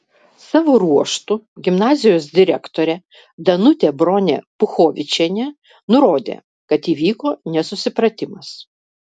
savo ruožtu gimnazijos direktorė danutė bronė puchovičienė nurodė kad įvyko nesusipratimas